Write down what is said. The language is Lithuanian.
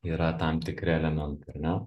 yra tam tikri elementai ar ne